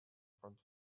front